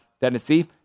Tennessee